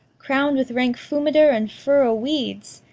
crown'd with rank fumiter and furrow weeds,